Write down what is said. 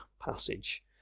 passage